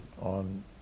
on